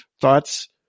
Thoughts